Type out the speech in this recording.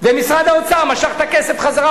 ומשרד האוצר משך את הכסף בחזרה,